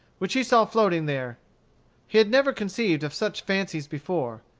which he saw floating there he had never conceived of such fabrics before.